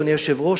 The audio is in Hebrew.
אדוני היושב-ראש,